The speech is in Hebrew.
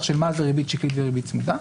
של מה זה ריבית שקלית וריבית צמודה,